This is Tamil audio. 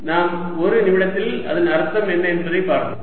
நாம் ஒரு நிமிடத்தில் அதன் அர்த்தம் என்ன என்பதை பார்ப்போம்